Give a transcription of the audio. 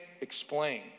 explain